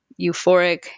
euphoric